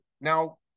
Now